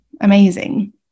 Amazing